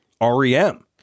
REM